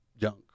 junk